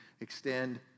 extend